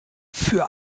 für